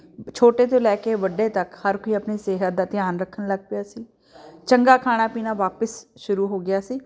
ਛੋਟੇ ਤੋਂ ਲੈ ਕੇ ਵੱਡੇ ਤੱਕ ਹਰ ਕੋਈ ਆਪਣੀ ਸਿਹਤ ਦਾ ਧਿਆਨ ਰੱਖਣ ਲੱਗ ਪਿਆ ਸੀ ਚੰਗਾ ਖਾਣਾ ਪੀਣਾ ਵਾਪਸ ਸ਼ੁਰੂ ਹੋ ਗਿਆ ਸੀ